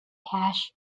cache